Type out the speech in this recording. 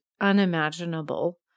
unimaginable